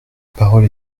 parole